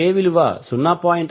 K 0